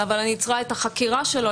אבל אני צריכה את החקירה שלו,